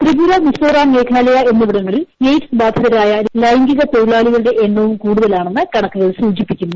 ത്രിപുര മിസോറാം മേഘാലയ എന്നിവിടങ്ങളിൽ എയ്ഡ്സ് ബാധിതരായ ലൈംഗിക തൊഴിലാളികളുടെ എണ്ണുവും കൂടുതലാണെന്ന് കണക്കുകൾ സൂചിപ്പിക്കുന്നു